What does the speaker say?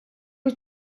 was